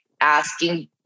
asking